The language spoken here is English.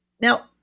Now